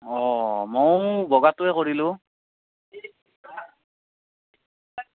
অ মইও বগাটোৱে কৰিলোঁ